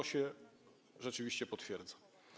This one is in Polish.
To się rzeczywiście potwierdza.